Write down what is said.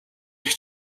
эрх